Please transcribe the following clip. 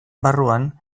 barruan